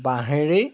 বাঁহেৰেই